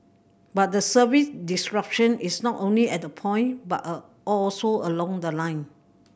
but the service disruption is not only at the point but a also along the line